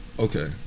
Okay